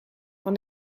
van